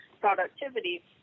productivity